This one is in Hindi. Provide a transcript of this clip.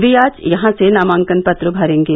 वे आज यहां से नामांकन पत्र भरेंगे